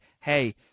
hey